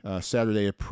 Saturday